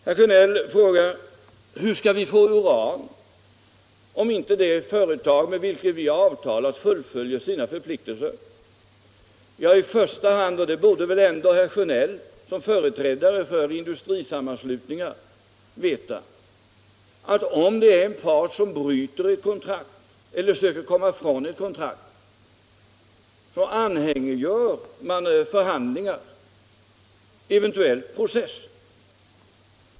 Herr Sjönell frågar hur vi skall få uran, om inte det företag med vilket vi har avtalat fullföljer sina förpliktelser. I första hand — och det borde väl ändå herr Sjönell som företrädare för industrisammanslutningar veta — är det så, att om en part bryter ett kontrakt eller försöker komma ifrån det, anhängiggör man förhandlingar, eventuellt process.